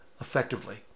effectively